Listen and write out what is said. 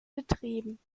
betrieben